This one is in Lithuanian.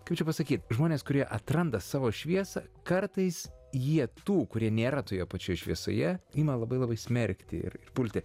kaip čia pasakyt žmonės kurie atranda savo šviesą kartais jie tų kurie nėra toje pačioje šviesoje ima labai labai smerkti ir ir pulti